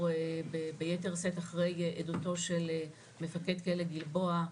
ביתר שאת אחרי עדותו של מפקד כלא גלבוע,